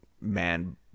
man